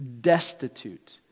destitute